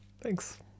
Thanks